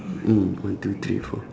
mm one two three four